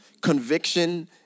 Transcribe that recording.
Conviction